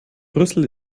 brüssel